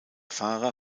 fahrer